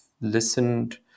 listened